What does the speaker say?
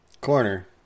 Corner